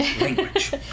language